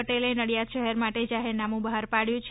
પટેલે નડિયાદ શહેર માટે જાહેરનામું બહાર પાડયુ છે